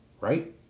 Right